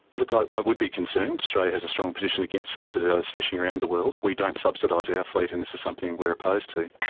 look, i i would be concerned. australia has a strong position against subsidised fishing around the world. we don't subsidise our fleet and this is something we're opposed to.